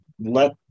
let